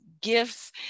gifts